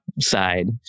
side